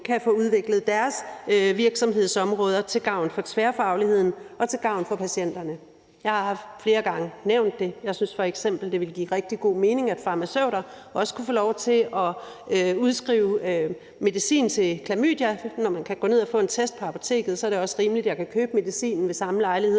kan få udviklet deres virksomhedsområder til gavn for tværfagligheden og til gavn for patienterne. Jeg har flere gange nævnt det. Jeg synes f.eks., det ville give rigtig god mening, at farmaceuter også kunne få lov til at udskrive medicin til klamydia. Når man kan gå ned og få en test på apoteket, er det også rimeligt, at man kan købe medicinen ved samme lejlighed,